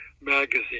magazine